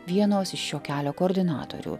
vienos iš šio kelio koordinatorių